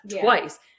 twice